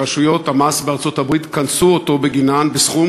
ורשויות המס בארצות-הברית קנסו אותו בגינן בסכום